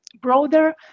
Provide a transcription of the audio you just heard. broader